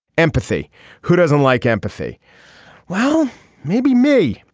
empathy who doesn't like empathy well maybe me.